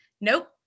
Nope